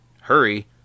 hurry